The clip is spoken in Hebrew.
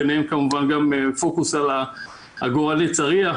ביניהם כמובן גם בפוקוס על עגורני הצריח,